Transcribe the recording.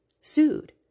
sued